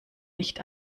nicht